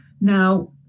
Now